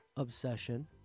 obsession